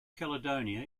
caledonia